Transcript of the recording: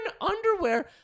underwear